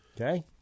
Okay